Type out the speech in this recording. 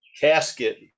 casket